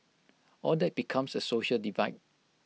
all that becomes A social divide